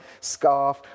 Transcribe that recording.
scarf